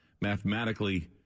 mathematically